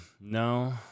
No